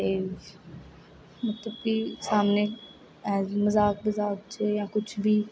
ते मतलब कि सामने मजाक मजाक च जां कुछ बी